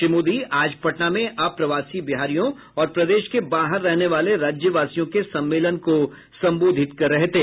श्री मोदी आज पटना में अप्रवासी बिहारियों और प्रदेश के बाहर रहने वाले राज्यवासियों के सम्मेलन को संबोधित कर रहे थे